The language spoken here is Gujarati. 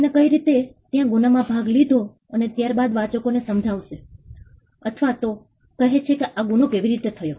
તેણે કઈ રીતે ત્યાં ગુના માં ભાગ લીધો અને ત્યારબાદ વાચકોને સમજાવશે અથવા તો કહે છે કે આ ગુનો કેવી રીતે થયો